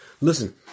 Listen